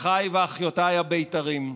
אחיי ואחיותיי הבית"רים,